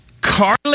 Carly